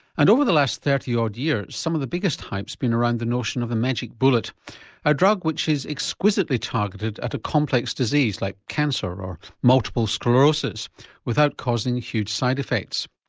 and over the last thirty odd years some of the biggest hype has been around the notion of the magic bullet a drug which is exquisitely targeted at a complex disease like cancer or multiple sclerosis without causing huge side effects.